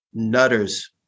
nutters